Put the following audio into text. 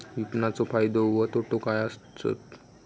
विपणाचो फायदो व तोटो काय आसत?